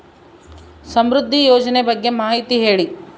ಸಮೃದ್ಧಿ ಯೋಜನೆ ಬಗ್ಗೆ ಮಾಹಿತಿ ಹೇಳಿ?